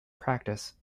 practice